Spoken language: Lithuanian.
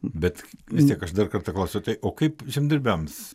bet vis tiek aš dar kartą klausiu tai o kaip žemdirbiams